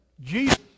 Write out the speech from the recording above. Jesus